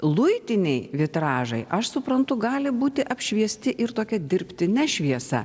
luitiniai vitražai aš suprantu gali būti apšviesti ir tokia dirbtine šviesa